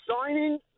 signing